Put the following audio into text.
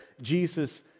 Jesus